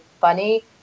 funny